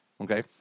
Okay